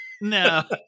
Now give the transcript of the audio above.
No